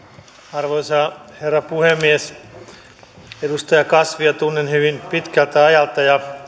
arvoisa herra puhemies edustaja kasvia tunnen hyvin pitkältä ajalta